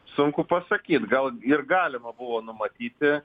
sunku pasakyt gal ir galima buvo numatyti